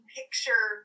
picture